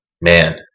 man